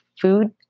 food